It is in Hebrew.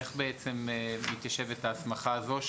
איך מתיישבת ההסמכה הזאת?